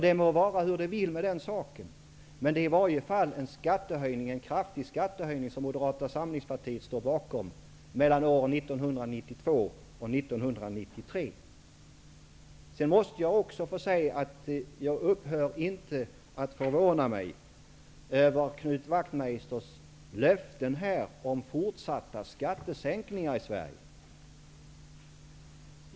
Det må vara hur det vill med den saken, men Moderata samlingspartiet står i varje fall bakom en kraftig skattehöjning mellan 1992 och 1993. Jag måste också få säga att jag inte upphör att förvåna mig över Knut Wachtmeisters löften här om fortsatta skattesänkningar i Sverige.